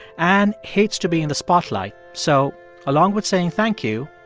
anne hates to be in the spotlight, so along with saying thank you,